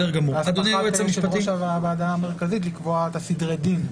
ההסמכה היא בעצם של יושב ראש המרכזית לקבוע את סדרי הדין.